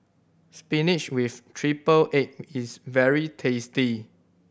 spinach with triple egg is very tasty